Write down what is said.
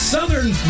Southern